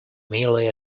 merely